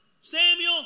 Samuel